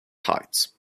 heights